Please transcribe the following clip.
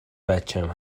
بچم